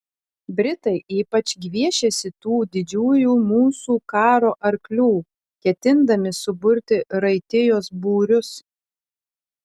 britai ypač gviešiasi tų didžiųjų mūsų karo arklių ketindami suburti raitijos būrius